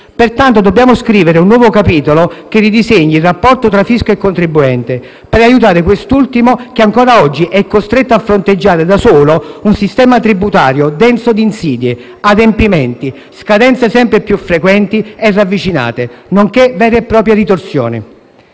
Pertanto dobbiamo scrivere un nuovo capitolo che ridisegni il rapporto tra fisco e contribuente, per aiutare quest'ultimo che ancora oggi è costretto a fronteggiare da solo un sistema tributario denso di insidie, adempimenti, scadenze sempre più frequenti e ravvicinate, nonché vere e proprie ritorsioni.